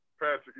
Patrick